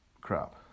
crap